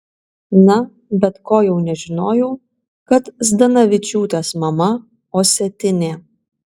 na bet ko jau nežinojau kad zdanavičiūtės mama osetinė